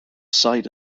site